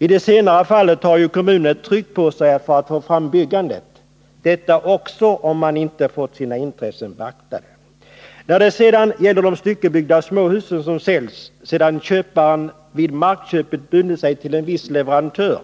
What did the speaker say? I det senare fallet har ju kommunen tryck på sig att få fram byggandet — även om man inte fått sina intressen beaktade. Beträffande de styckebyggda småhus som säljs sedan köparen vid markköpet bundit sig till en viss leverantör